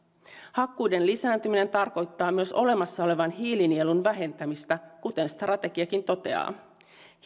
hakkuiden lisääntyminen tarkoittaa myös olemassa olevan hiilinielun vähentämistä kuten strategiakin toteaa